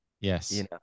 Yes